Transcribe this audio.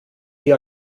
die